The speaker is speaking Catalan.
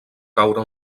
caure